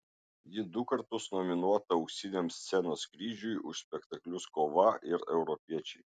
ji du kartus nominuota auksiniam scenos kryžiui už spektaklius kova ir europiečiai